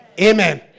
Amen